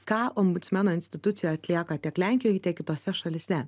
ką ombudsmeno institucija atlieka tiek lenkijoj tiek kitose šalyse